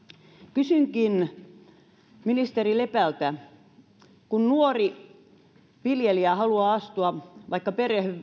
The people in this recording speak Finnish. kysynkin ministeri lepältä että kun nuori viljelijä haluaa astua vaikka